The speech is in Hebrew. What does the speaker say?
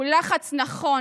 הוא לחץ נכון,